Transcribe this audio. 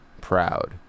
proud